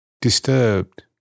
disturbed